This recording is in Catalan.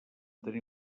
tenir